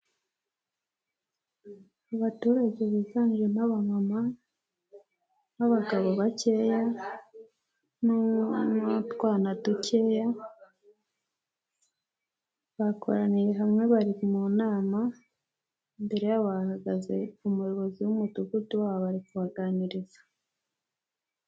Abaturage biganjemo abamamama n'abagabo bakeya n'utwana dukeya bakoraniye hamwe bari mu nama, mbere yabo hahagaze umuyobozi w'Umudugudu wabo ari kubaganiriza.